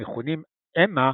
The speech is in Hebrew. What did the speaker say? המכונים אמה,